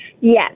Yes